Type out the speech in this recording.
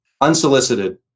unsolicited